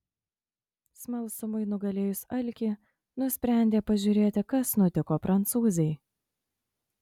smalsumui nugalėjus alkį nusprendė pažiūrėti kas nutiko prancūzei